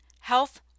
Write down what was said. health